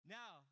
now